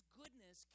goodness